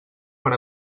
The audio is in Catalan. per